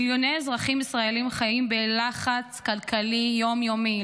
מיליוני אזרחים ישראלים חיים בלחץ כלכלי יום-יומי,